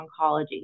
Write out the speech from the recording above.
oncology